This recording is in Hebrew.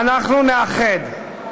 ואנחנו נאחד.